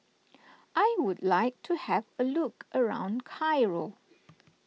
I would like to have a look around Cairo